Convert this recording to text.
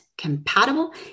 compatible